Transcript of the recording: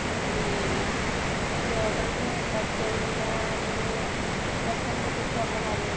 म्हणजे जे ऑर्डर घेऊन येतात त्यांना म्हणजे रस्त्यामध्ये काही प्रॉब्लेम आली असं